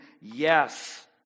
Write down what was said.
yes